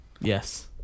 Yes